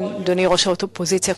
אדוני ראש האופוזיציה,